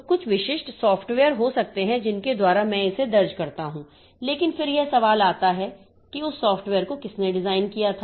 तो कुछ विशिष्ट सॉफ्टवेयर हो सकते हैं जिनके द्वारा मैं इसे दर्ज करता हूं लेकिन फिर यह सवाल आता है कि उस सॉफ्टवेयर को किसने डिजाइन किया था